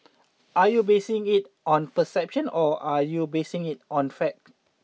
are you basing it on perception or are you basing it on fact